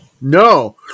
No